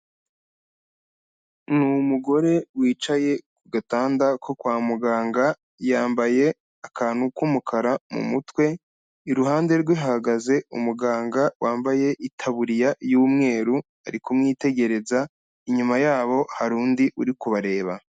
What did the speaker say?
Ni umugore wicaye ku gatanda ko kwa muganga, yambaye akantu k'umukara mu mutwe, iruhande rwe hahagaze umuganga wambaye itaburiya y'umweru ari kumwitegereza, inyuma yabo hari undi uri kubareba.